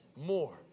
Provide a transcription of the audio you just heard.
More